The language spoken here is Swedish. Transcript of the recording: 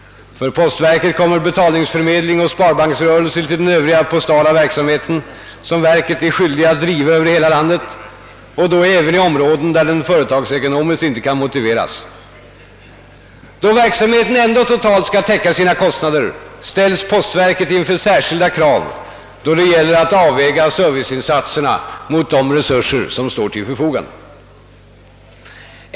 För postverket kommer betalningsförmedling och sparbanksrörelse till den övriga postala verksamheten, som verket är skyldigt att driva över hela landet och då även i områden, där den företagsekonomiskt inte kan motiveras. Då verksamheten ändå totalt skall täcka sina kostnader, ställs postverket inför särskilda krav när det gäller att avväga serviceinsatser mot de resurser som står till förfogande.